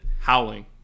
howling